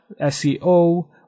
SEO